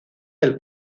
del